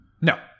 no